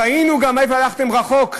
ראינו גם איך הלכתם רחוק.